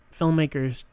filmmakers